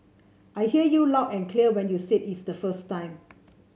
I heard you loud and clear when you said it the first time